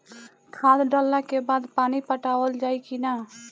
खाद डलला के बाद पानी पाटावाल जाई कि न?